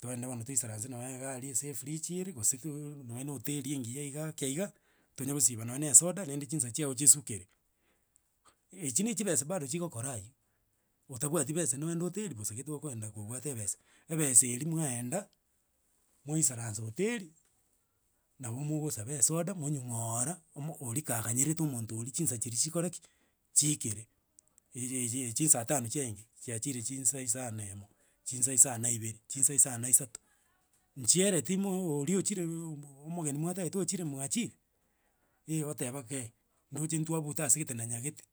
Togende buno toisaranse nonyegaria ase efridge ere gose hoteri engiya iga. tonyegosiba nonya esoda. rende chinsa chiao chisukere. Echwo ne chibesa chigokora bado. aye. otabwati besa. nogende hoteri besa. gese igo okogenda kobwate ebesa. Ebesa eri mwaenda mwaisaransa hoteri. nabo mogosaba esoda. monyungora ori kanganyerete omonto ori chinsa chikoreki. Chiikere. ichi saa tano ichaige. chiachire chinsa isano ne mono. chinsa isano na ibere. chinsa isano na isato chiereti ori ochire omogeni mwa tagete ochire. mwachire. A oteba eeh nduche twabuta asegete na nyategete.